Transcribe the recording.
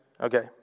Okay